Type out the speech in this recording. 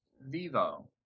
Vivo